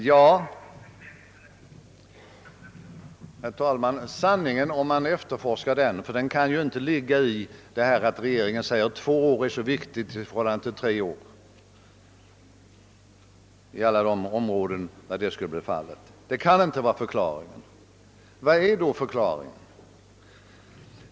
Ja, herr talman, om man eifterforskar sanningen — ty skälet kan ju inte vara att regeringen anser det vara så viktigt med två år i stället för tre år för att avveckla hyresregleringen på alla de områden, där detta enligt förslaget skulle bli fallet; det kan ju inte vara den riktiga förklaringen — vad är då förklaringen?